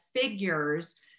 figures